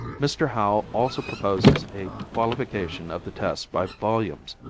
mr. howell also proposes a qualification of the test by volumes,